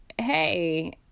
hey